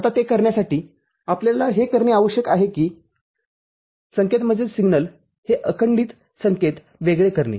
आता ते करण्यासाठी आपल्याला हे करणे आवश्यक आहे की हे संकेत हे अखंडित संकेत वेगळे करणे